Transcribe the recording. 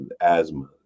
asthma